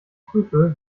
prüfe